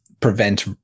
prevent